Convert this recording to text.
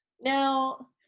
now